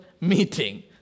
meeting